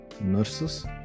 nurses